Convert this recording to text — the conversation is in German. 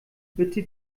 bitte